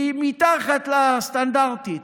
היא מתחת לסטנדרטית.